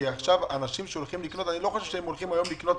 עכשיו אנשים שהולכים לקנות הם לא הולכים היום לקנות